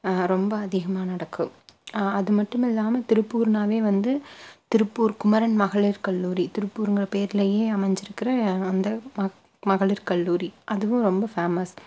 ரொம்ப அதிகமாக நடக்கும் அது மட்டும் இல்லாமல் திருப்பூர்னாவே வந்து திருப்பூர் குமரன் மகளிர் கல்லூரி திருப்பூருங்கிற பேர்லயே அமைஞ்சிருக்கிற அந்த ம மகளிர் கல்லூரி அதுவும் ரொம்ப ஃபேமஸ்